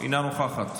אינה נוכחת,